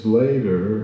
later